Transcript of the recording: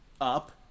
up